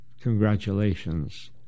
Congratulations